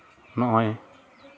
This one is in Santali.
ᱱᱚᱜᱼᱚᱭ